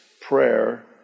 prayer